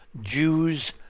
jews